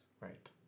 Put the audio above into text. right